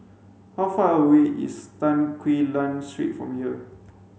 how far away is Tan Quee Lan Street from here